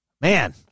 man